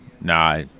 Nah